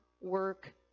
work